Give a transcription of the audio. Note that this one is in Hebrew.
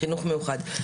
חינך מיוחד.